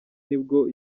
nibwo